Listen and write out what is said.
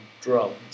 drums